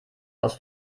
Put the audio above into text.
aus